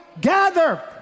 gather